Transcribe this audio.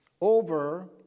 over